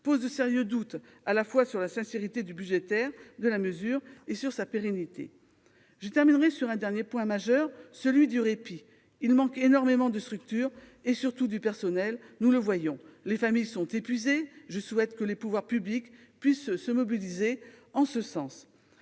pose de sérieux doutes, à la fois sur la sincérité budgétaire de la mesure et sur sa pérennité. Je terminerai sur un dernier point majeur, celui du répit. Il manque énormément de structures et, surtout, du personnel. Nous le voyons, les familles sont épuisées. Je souhaite que les pouvoirs publics se mobilisent à ce sujet.